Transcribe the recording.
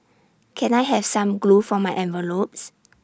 can I have some glue for my envelopes